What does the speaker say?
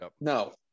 No